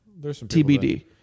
TBD